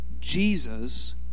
Jesus